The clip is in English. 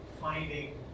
finding